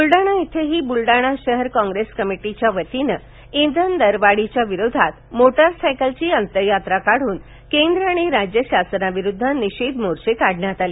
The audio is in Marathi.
बुलडाणा इथही बुलडाणा शहर कॉग्रेस कमिटीच्या वतीने इंधन दरवाढीच्या विरोधात मोटरसायकलची अंतयात्रा काढून केंद्र व राज्य शासनाविरुध्द निषेध मोर्चा काढण्यात थाला